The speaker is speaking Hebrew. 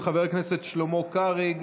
של חבר הכנסת שלמה קרעי.